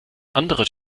andere